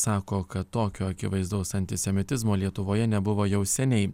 sako kad tokio akivaizdaus antisemitizmo lietuvoje nebuvo jau seniai